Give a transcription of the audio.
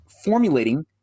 formulating